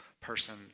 person